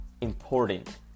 important